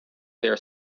there